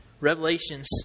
Revelations